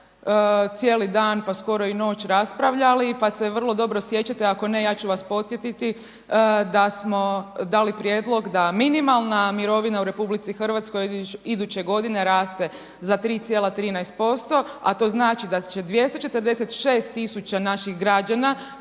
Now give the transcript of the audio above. cijeli dan, pa skoro i noć raspravljali pa se vrlo dobro sjećate, ako ne ja ću vas podsjetiti da smo dali prijedlog da minimalna mirovina u RH iduće godine raste za 3,13% a to znači da će 246 tisuća naših građana